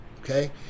okay